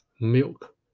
milk